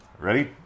Ready